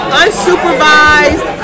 unsupervised